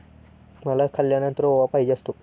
मला खाल्यानंतर ओवा पाहिजे असतो